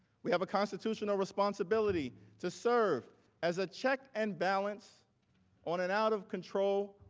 we have a constitutional responsibility to serve as a check and balance on an out of control